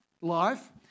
life